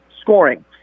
scoring